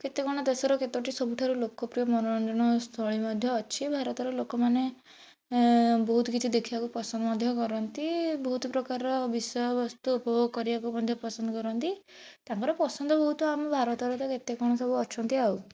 କେତେ କ'ଣ ଦେଶର କେତୋଟି ସବୁଠାରୁ ଲୋକପ୍ରିୟ ମନୋରଞ୍ଜନ ସ୍ଥଳି ମଧ୍ୟ ଅଛି ଭାରତର ଲୋକ ମାନେ ବହୁତ କିଛି ଦେଖିବାକୁ ପସନ୍ଦ ମଧ୍ୟ କରନ୍ତି ବହୁତ ପ୍ରକାରର ବିଷୟ ବସ୍ତୁ ଉପଭୋଗ କରିବାକୁ ମଧ୍ୟ ପସନ୍ଦ କରନ୍ତି ତାଙ୍କର ପସନ୍ଦ ବହୁତ ଆମ ଭାରତରେ ତ କେତେ କ'ଣ ସବୁ ଅଛନ୍ତି ଆଉ